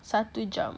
satu jam